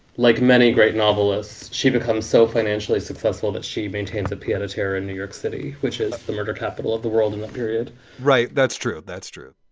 like many great novelists, she becomes so financially successful that she maintains the piano here in new york city, which is the murder capital of the world in that period right. that's true. that's true